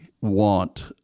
want